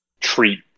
treat